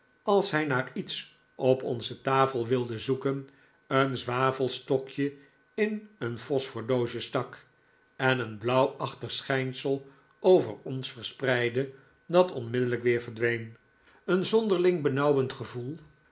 als hij naar iets op onze tafel wilde zoeken een zwavelstokje in een phosphordoosje stak en een blauwachtig schijnsel over ons verspreidde dat onmiddellijk weer verdween een zonderling benauwend gevoel